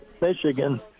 Michigan